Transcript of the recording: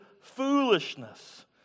foolishness